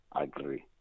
agree